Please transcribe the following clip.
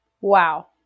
Wow